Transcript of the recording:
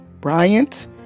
Bryant